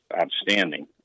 outstanding